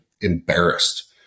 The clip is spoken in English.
embarrassed